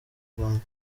rwanda